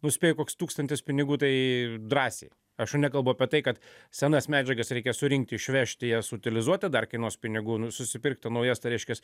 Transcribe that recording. nu spėju koks tūkstantis pinigų tai drąsiai aš jau nekalbu apie tai kad senas medžiagas reikės surinkti išvežti jas utilizuoti dar kainuos pinigų nu susipirkti naujas tai reiškias